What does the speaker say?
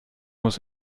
muss